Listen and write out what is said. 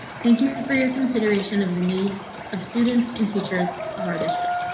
thank you for your consideration of the needs of students and teachers of our district.